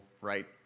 right